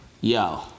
Yo